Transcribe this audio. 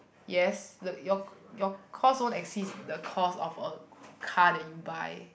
yes look your your cost won't exist the cost of a car that you buy